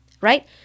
right